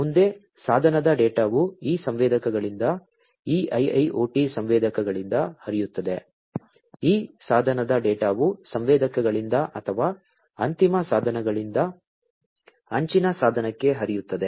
ಮುಂದೆ ಸಾಧನದ ಡೇಟಾವು ಈ ಸಂವೇದಕಗಳಿಂದ ಈ IIoT ಸಂವೇದಕಗಳಿಂದ ಹರಿಯುತ್ತದೆ ಈ ಸಾಧನದ ಡೇಟಾವು ಸಂವೇದಕಗಳಿಂದ ಅಥವಾ ಅಂತಿಮ ಸಾಧನಗಳಿಂದ ಅಂಚಿನ ಸಾಧನಕ್ಕೆ ಹರಿಯುತ್ತದೆ